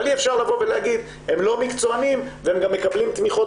אבל אי אפשר להגיד שהם לא מקצוענים והם גם מקבלים תמיכות